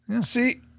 See